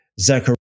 Zechariah